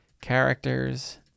characters